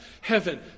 heaven